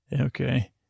Okay